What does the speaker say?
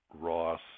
Ross